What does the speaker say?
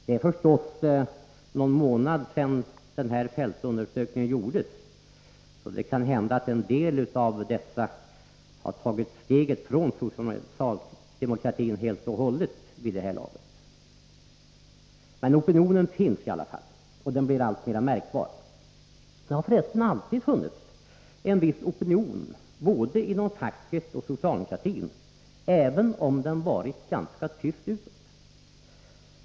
Det är förstås någon månad sedan den här fältundersökningen gjordes, så det kan hända att en del av dessa personer har tagit steget från socialdemokratin helt och hållet vid det här laget. Opinionen finns i alla fall, och den blir alltmer märkbar. Det har för resten alltid funnits en viss opinion både inom facket och socialdemokratin, även om den varit ganska tyst utåt.